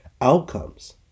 outcomes